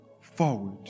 forward